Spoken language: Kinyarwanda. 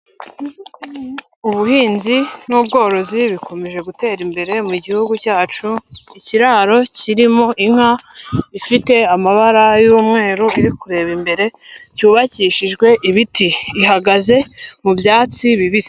Ubuhinzi n'ubworozi bikomeje gutera imbere mu gihugu cyacu, ikiraro kirimo inka ifite amabara y'umweru, iri kureba imbere, cyubakishijwe ibiti. Ihagaze mu byatsi bibisi.